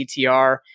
CTR